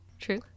True